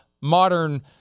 modern